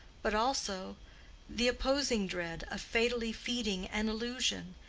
but also the opposing dread of fatally feeding an illusion,